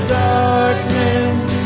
darkness